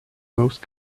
most